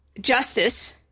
justice